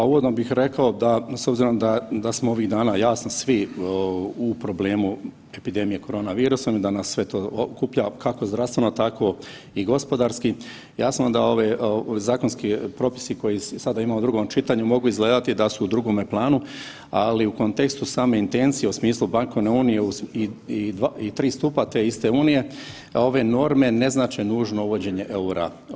Pa uvodno bih rekao da, s obzirom da, da smo ovih dana jasno svi u problemu epidemije koronavirusom i da nas sve to okuplja, kako zdravstveno tako i gospodarski, jasno da ovi zakonski propisi koje sada imamo u drugom čitanju mogu izgledati da su u drugome planu, ali u kontekstu same intencije u smislu bankovne unije i 3 stupa te iste unije ove norme ne znače nužno uvođenje EUR-a.